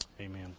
Amen